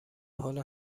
حال